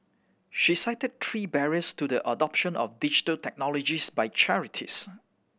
she cited three barriers to the adoption of Digital Technologies by charities